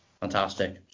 fantastic